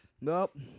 Nope